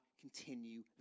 continue